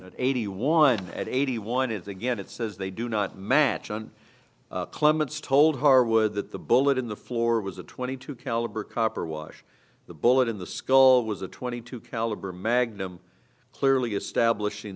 that eighty one at eighty one is again it says they do not match on clements told harwood that the bullet in the floor was a twenty two caliber copper wash the bullet in the skull was a twenty two caliber magnum clearly establishing